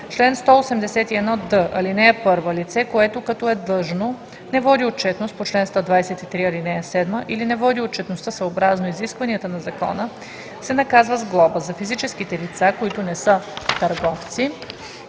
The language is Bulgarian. Чл. 181д. (1) Лице, което, като е длъжно, не води отчетност по чл. 123, ал. 7 или не води отчетността съобразно изискванията на закона, се наказва с глоба – за физическите лица, които не са търговци,